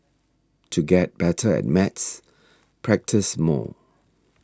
to get better at maths practise more